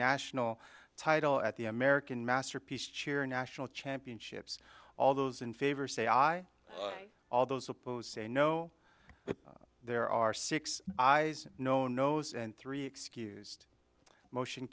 national title at the american masterpiece cheer national championships all those in favor say aye all those supposed say no there are six eyes no nos and three excused motion